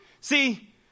See